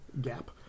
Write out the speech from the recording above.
gap